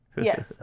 Yes